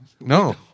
No